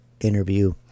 interview